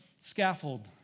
scaffold